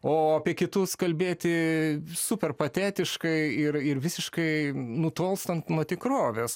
o apie kitus kalbėti super patetiškai ir ir visiškai nutolstant nuo tikrovės